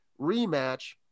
rematch